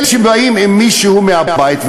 אלה שבאים עם מישהו מהבית,